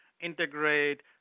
integrate